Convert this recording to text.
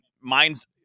mine's